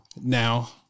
now